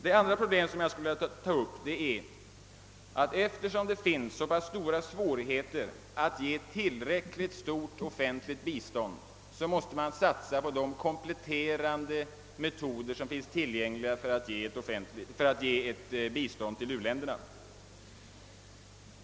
Det andra problemet som jag skulle vilia ta upp är, att eftersom det finns så pass stora svårigheter att ge ett till räckligt stort offentligt bistånd, måste man satsa på de kompletterande metoder som finns tillgängliga för att lämna bistånd till u-länderna.